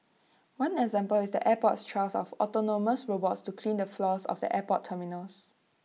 one example is the airport's trial of autonomous robots to clean the floors of the airport terminals